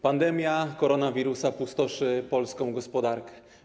Pandemia koronawirusa pustoszy polską gospodarkę.